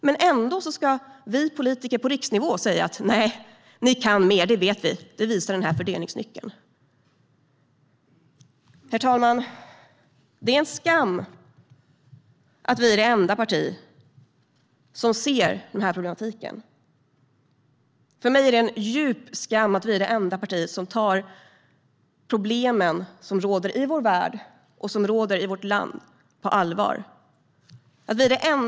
Men ändå ska vi politiker på riksnivå tydligen säga: Nej, ni kan mer, det vet vi - det visar den här fördelningsnyckeln! Herr talman! Det är en skam att vi är det enda parti som ser den här problematiken. För mig är det en djup skam att vi är det enda parti som tar problemen som råder i vår värld och i vårt land på allvar.